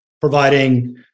providing